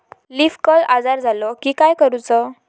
Leaf curl आजार झालो की काय करूच?